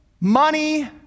money